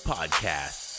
Podcast